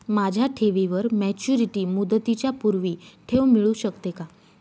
माझ्या ठेवीवर मॅच्युरिटी मुदतीच्या पूर्वी ठेव मिळू शकते का?